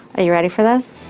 are you ready for this?